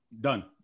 done